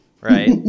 Right